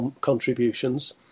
contributions